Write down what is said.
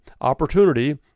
opportunity